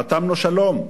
חתמנו שלום.